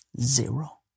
zero